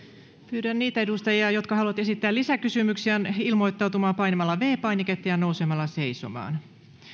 pyydän niitä edustajia jotka haluavat esittää lisäkysymyksiä ilmoittautumaan painamalla viides painiketta ja nousemalla seisomaan